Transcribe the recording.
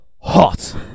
Hot